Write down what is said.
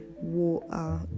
Water